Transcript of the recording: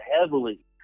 heavily